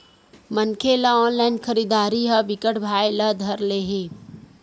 मनखे ल ऑनलाइन खरीदरारी ह बिकट भाए ल धर ले हे